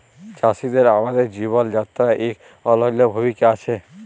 চাষীদের আমাদের জীবল যাত্রায় ইক অলল্য ভূমিকা আছে